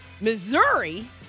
Missouri